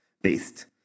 based